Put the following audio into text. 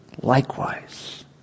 Likewise